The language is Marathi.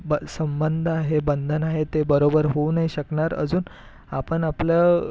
ब संबंध आहे बंधन आहे ते बरोबर होऊ नाही शकणार अजून आपण आपलं